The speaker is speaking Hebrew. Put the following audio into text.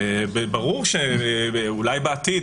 אולי בעתיד,